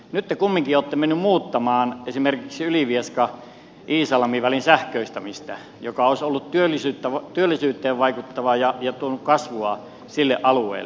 nyt te kumminkin olette mennyt muuttamaan esimerkiksi ylivieskaiisalmi välin sähköistämistä joka olisi ollut työllisyyteen vaikuttava ja tuonut kasvua sille alueelle